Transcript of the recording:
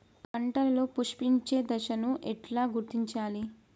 పంటలలో పుష్పించే దశను ఎట్లా గుర్తించాలి?